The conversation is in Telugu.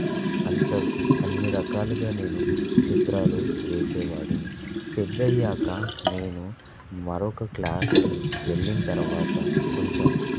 అంత అన్నిరకాలుగా నేను చిత్రాలు వేసేవాడిని పెద్దయ్యాక నేను మరొక క్లాస్కి వెళ్ళిన తరువాత కొంచెం